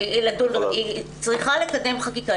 היא צריכה לקדם חקיקה.